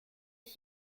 ich